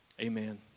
amen